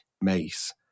mace